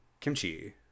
Kimchi